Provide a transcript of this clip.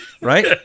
right